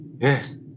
Yes